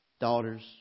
daughters